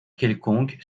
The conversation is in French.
quelconque